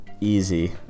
Easy